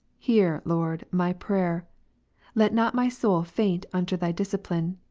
hear, lord, my prayer let not my soul faint under thy discipline,